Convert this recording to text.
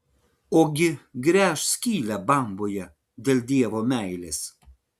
ogi gręš skylę bamboje dėl dievo meilės